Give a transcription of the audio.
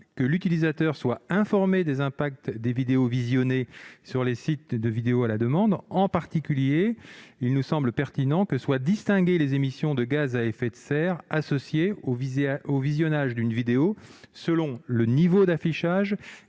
que l'utilisateur soit informé des effets des vidéos visionnées sur les sites de VOD. En particulier, il nous paraît utile que soient distinguées les émissions de gaz à effet de serre associées au visionnage d'une vidéo selon le niveau d'affichage